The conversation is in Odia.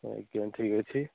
ଆଜ୍ଞା ଠିକ୍ ଅଛି